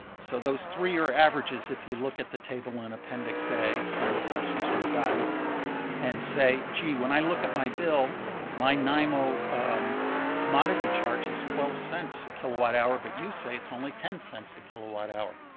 so those three year averages if you look at the table in appendix a, some of the questions we've gotten and say, gee, when i look at my bill my nymo commodity charge is twelve cents a kilowatt hour but you say it's only ten cents a kilowatt hour.